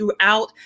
throughout